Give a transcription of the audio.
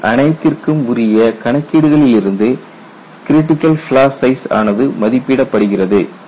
இவை அனைத்திற்கும் உரிய கணக்கீடுகளில் இருந்து கிரிட்டிக்கல் ஃப்லா சைஸ் ஆனது மதிப்பிடப்படுகிறது